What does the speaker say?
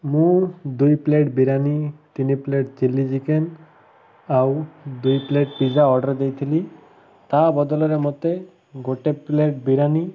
ମୁଁ ଦୁଇ ପ୍ଲେଟ୍ ବିରିୟାନି ତିନି ପ୍ଲେଟ୍ ଚିଲ୍ଲି ଚିକେନ ଆଉ ଦୁଇ ପ୍ଲେଟ୍ ପିଜ୍ଜା ଅର୍ଡ଼ର୍ ଦେଇଥିଲି ତା' ବଦଳରେ ମୋତେ ଗୋଟେ ପ୍ଲେଟ୍ ବିରିୟାନି